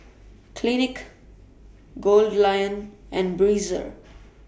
Clinique Goldlion and Breezer